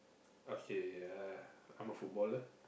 okay uh I'm a footballer